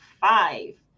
five